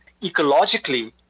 Ecologically